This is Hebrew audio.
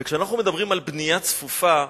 וכשאנחנו מדברים על בנייה צפופה,